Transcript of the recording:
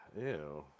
Ew